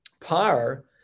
par